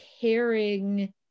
caring